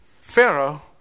Pharaoh